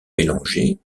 mélangés